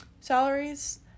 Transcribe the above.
salaries